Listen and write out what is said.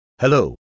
Hello